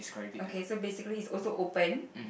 okay so basically it's also open